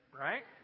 right